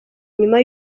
nyuma